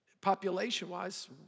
Population-wise